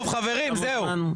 טוב, חברים, זהו.